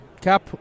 cap